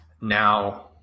now